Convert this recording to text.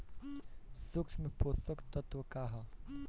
सूक्ष्म पोषक तत्व का ह?